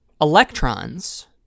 electrons